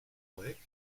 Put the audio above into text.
prägt